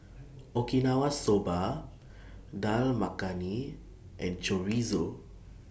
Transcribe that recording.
Okinawa Soba Dal Makhani and Chorizo